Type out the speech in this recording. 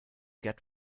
get